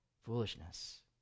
Foolishness